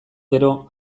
gero